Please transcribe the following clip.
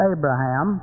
Abraham